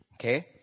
Okay